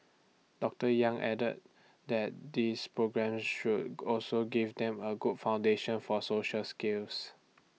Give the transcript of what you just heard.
doctor yang added that these programmes should also give them A good foundation for social skills